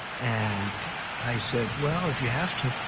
and i said, well, if you have to.